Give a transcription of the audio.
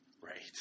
Right